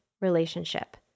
relationship